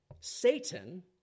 Satan